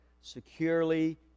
securely